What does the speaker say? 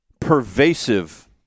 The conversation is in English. pervasive